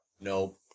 Nope